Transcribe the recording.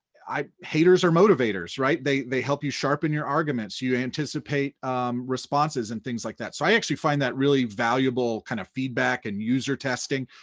haters are motivators, right? they they help you sharpen your arguments, you anticipate responses and things like that. so i actually find that really valuable kind of feedback and user testing